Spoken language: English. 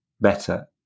better